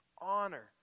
honor